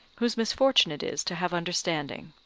whose misfortune it is to have understanding.